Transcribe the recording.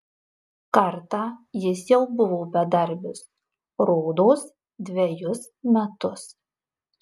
kartą jis jau buvo bedarbis rodos dvejus metus